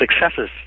successes